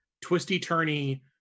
twisty-turny